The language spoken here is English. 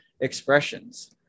expressions